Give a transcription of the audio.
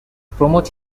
promote